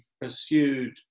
pursued